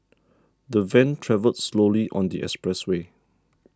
the van travelled slowly on the expressway